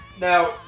Now